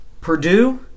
Purdue